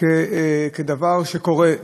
על תוצאה של תחקיר ועל מסקנה של תחקיר,